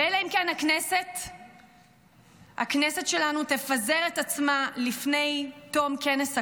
ואלא אם כן הכנסת שלנו תפזר את עצמה לפני תום כנס הקיץ,